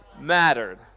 mattered